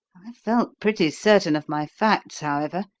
i felt pretty certain of my facts, however,